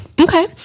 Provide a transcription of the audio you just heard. Okay